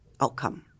outcome